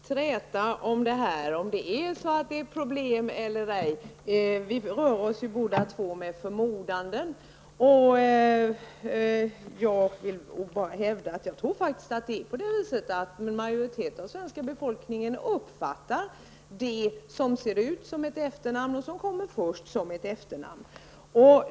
Herr talman! Vi kan träta om huruvida detta är ett problem eller ej, men vi rör oss ju båda med förmodanden. Jag vill bara hävda att jag faktiskt tror att en majoritet av den svenska befolkningen uppfattar det som ser ut som ett efternamn och som kommer först just som ett efternamn.